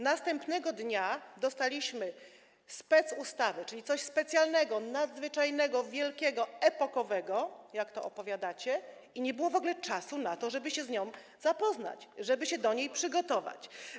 Następnego dnia dostaliśmy specustawę, czyli coś specjalnego, nadzwyczajnego, wielkiego, epokowego, jak opowiadacie, i nie było w ogóle czasu na to, żeby się z nią zapoznać, żeby się do tego przygotować.